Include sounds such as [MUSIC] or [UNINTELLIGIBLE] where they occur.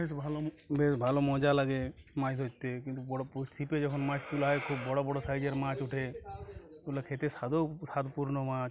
ভেশ ভালো বেশ ভালো মজা লাগে মাছ ধরতে কিন্তু বড়ো [UNINTELLIGIBLE] শিপে যখন মাছ তুলা হয় খুব বড়ো বড়ো সাইজের মাছ উঠে ওগুলো খেতে স্বাদেও স্বাদপূর্ণ মাছ